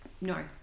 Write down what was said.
no